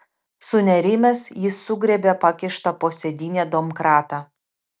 sunerimęs jis sugriebė pakištą po sėdyne domkratą